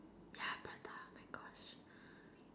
ya prata my gosh